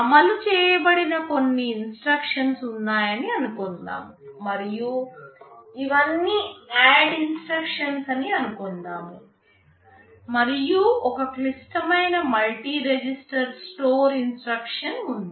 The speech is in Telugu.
అమలు చేయబడిన కొన్ని ఇన్స్ట్రక్షన్స్ ఉన్నాయని అనుకుందాం మరియు ఇవన్నీ ADD ఇన్స్ట్రక్షన్స్ అని అనుకుందాం మరియు ఒక క్లిష్టమైన మల్టీ రిజిస్టర్ స్టోర్ ఇన్స్ట్రక్షన్ ఉంది